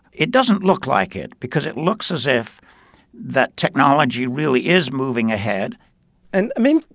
it doesn't look like it because it looks as if that technology really is moving ahead and i mean,